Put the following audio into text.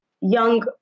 young